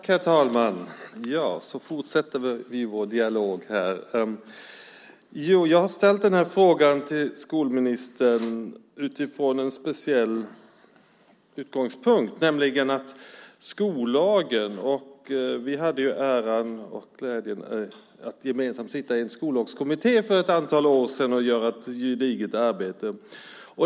Herr talman! Så fortsätter vi vår dialog. Jag har ställt den här frågan till skolministern med en speciell utgångspunkt, nämligen skollagen. Vi hade ju äran och glädjen att gemensamt sitta i Skollagskommittén för ett antal år sedan och göra ett gediget arbete.